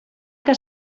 que